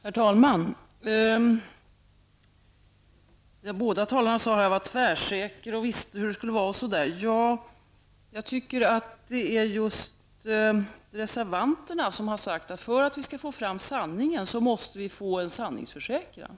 Fru talman! Både Anders Björck och Hans Leghammar sade att jag var tvärsäker och att jag visste hur det skulle vara. Men reservanterna har ju sagt att för att få fram sanningen, måste vi få en sanningsförsäkran.